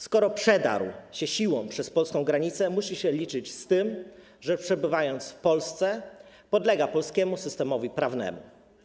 Skoro przedarł się siłą przez polską granicę, musi się liczyć z tym, że przebywając w Polsce, podlega polskiemu systemowi prawnemu.